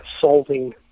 solving